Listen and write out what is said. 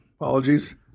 apologies